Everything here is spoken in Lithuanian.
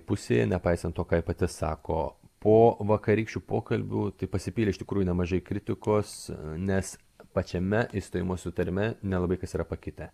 pusėje nepaisant to ką ji pati sako po vakarykščių pokalbių tai pasipylė iš tikrųjų nemažai kritikos nes pačiame išstojimo susitarime nelabai kas yra pakitę